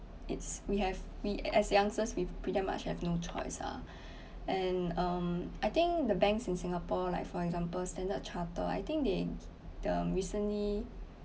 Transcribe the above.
it's we have we as youngsters with pretty much have no choice ah and um I think the banks in singapore like for example standard charter I think they they're recently